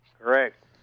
Correct